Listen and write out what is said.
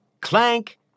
Clank